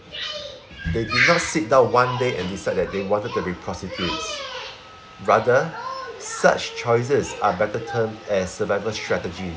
they did not sit down one day and decide that they wanted to be prostitutes rather such choices are better termed as survival strategy